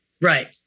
Right